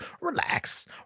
relax